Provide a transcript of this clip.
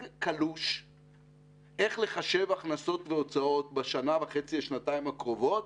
קלוש איך לחשב הכנסות והוצאות בשנים הקרובות,